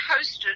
hosted